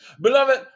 Beloved